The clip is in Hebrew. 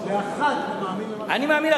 לאחת, אתה מאמין?